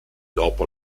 dopo